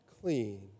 clean